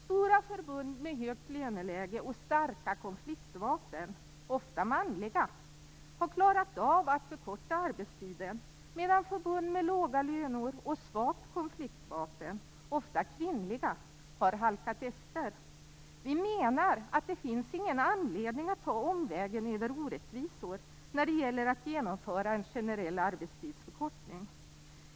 Stora förbund med högt löneläge och starka konfliktvapen, ofta manliga, har klarat av att förkorta arbetstiden medan förbund med låga löner och svagt konfliktvapen, ofta kvinnliga, har halkat efter. Vi menar att det inte finns någon anledning att ta omvägen över orättvisor när det gäller att genomföra en generell arbetstidsförkortning.